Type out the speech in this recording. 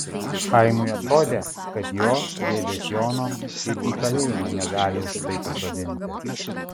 chaimui atrodė kad jo dėdės jono ir į kalėjimą negali už tai pasodinti